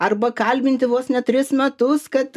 arba kalbinti vos ne tris metus kad